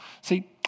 See